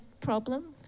problem